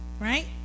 right